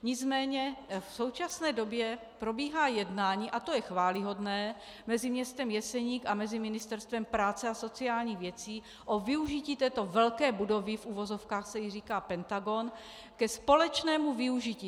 Nicméně v současné době probíhá jednání, a to je chvályhodné, mezi městem Jeseník a Ministerstvem práce a sociálních věcí o využití této velké budovy, v uvozovkách se jí říká Pentagon, ke společnému využití.